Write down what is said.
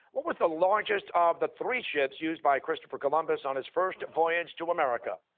what was the largest of the three ships used by christopher columbus on his first voyage to america?